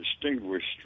distinguished